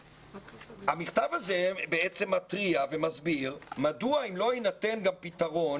המכתב הזה בעצם מתריע ומסביר מדוע אם לא יינתן גם פתרון